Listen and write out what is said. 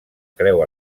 creu